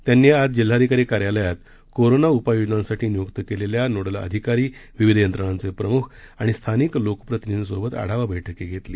त्यांनी आज जिल्हाधिकारी कार्यालयात कोरोना उपाययोजनांसाठी निय्क्त केलेल्या नोडल अधिकारी विविध यंत्रणांचे प्रमुख आणि स्थानिक लोकप्रतिनिधींसोबत आढावा बैठकही घेतली